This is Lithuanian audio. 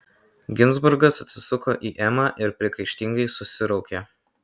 ginzburgas atsisuko į emą ir priekaištingai susiraukė